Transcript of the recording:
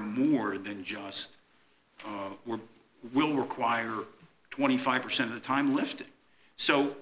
more than just will require twenty five percent of the time left so